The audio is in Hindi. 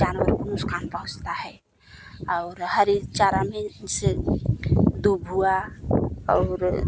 जानवरों को नुकसान पहुँचता है और हरी चारा में से दुब हुआ और